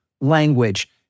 language